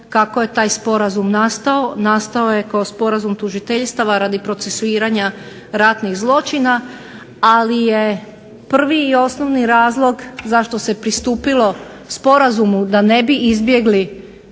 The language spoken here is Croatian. kako je taj sporazum nastao, nastao je kao sporazum tužiteljstava radi procesuiranja ratnih zločina, ali je prvi i osnovni razlog zašto se pristupilo sporazumu da ne bi izbjegli